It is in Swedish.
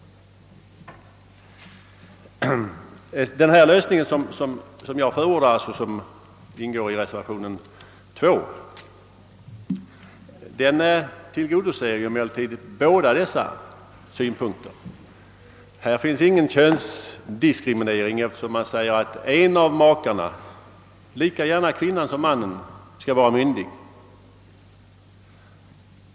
Den lösning som jag förordar och som upptas i reservation 2, tillgodoser emellertid båda dessa synpunkter. Där finns ingen könsdiskriminering, eftersom man säger, att en av makarna, lika gärna kvinnan som mannen, skall vara myndig.